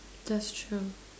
that's true